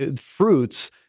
fruits